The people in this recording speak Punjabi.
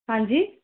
ਹਾਂਜੀ